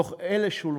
מתוך אלה שולמו.